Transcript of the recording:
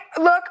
look